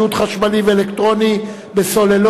מדמי שכירות בשל השכרת דירות מגורים לטווח ארוך)